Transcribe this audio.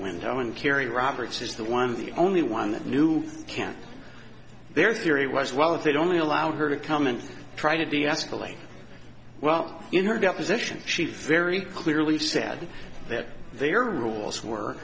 window and carry roberts is the one the only one that knew we can't their theory was well if they'd only allowed her to come and try to deescalate well in her deposition she's very clearly said that they are rules